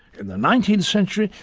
in the nineteenth century,